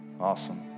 Awesome